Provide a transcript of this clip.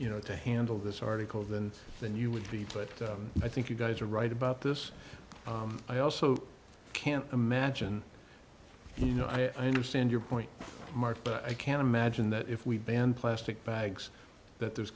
you know to handle this article than than you would be put i think you guys are right about this i also can't imagine you know i understand your point marc but i can't imagine that if we banned plastic bags that there's